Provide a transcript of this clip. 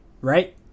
Right